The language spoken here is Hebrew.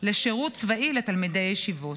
משירות צבאי לתלמידי הישיבות.